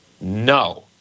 No